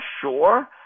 sure